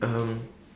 um